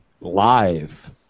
live